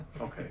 okay